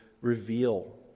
reveal